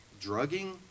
drugging